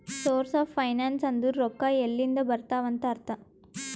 source of finance ಅಂದುರ್ ರೊಕ್ಕಾ ಎಲ್ಲಿಂದ್ ಬರ್ತಾವ್ ಅಂತ್ ಅರ್ಥ